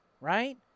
right